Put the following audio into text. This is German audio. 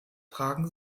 tragen